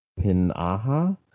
pinaha